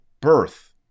birth